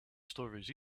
stories